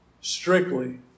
Strictly